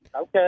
Okay